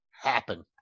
happen